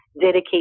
dedicate